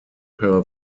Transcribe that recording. per